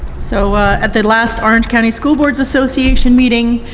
so at the last orange county school boards association meeting,